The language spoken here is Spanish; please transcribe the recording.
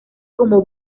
como